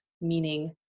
meaning